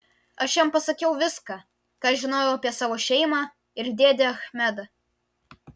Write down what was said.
aš jam pasakiau viską ką žinojau apie savo šeimą ir dėdę achmedą